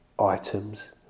Items